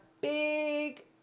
big